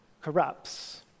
corrupts